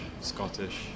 Scottish